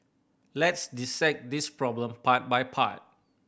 let's dissect this problem part by part